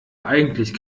eigentlich